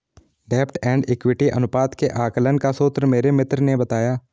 डेब्ट and equity अनुपात के आकलन का सूत्र मेरे मित्र ने बताया